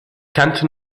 kannte